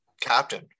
captain